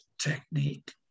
technique